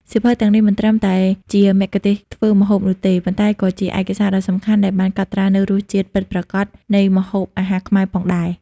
សៀវភៅទាំងនេះមិនត្រឹមតែជាមគ្គុទ្ទេសក៍ធ្វើម្ហូបនោះទេ ប៉ុន្តែក៏ជាឯកសារដ៏សំខាន់ដែលបានកត់ត្រានូវរសជាតិពិតប្រាកដនៃម្ហូបអាហារខ្មែរផងដែរ។